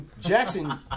Jackson